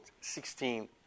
Sixteen